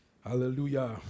Hallelujah